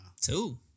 Two